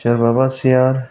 सोरबाबा चेयार